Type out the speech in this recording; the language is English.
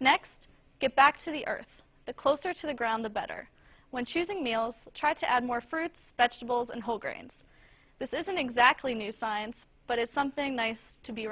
next get back to the earth the closer to the ground the better when choosing meals try to add more fruits vegetables and whole grains this isn't exactly new science but it's something nice to be